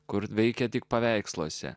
kur veikia tik paveiksluose